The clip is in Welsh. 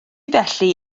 felly